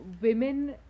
women